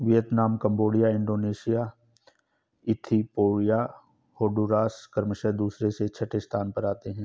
Vietnam Cambodia Indonesia Ethiopia Honduras क्रमशः दूसरे से छठे स्थान पर आते हैं